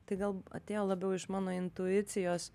tai gal atėjo labiau iš mano intuicijos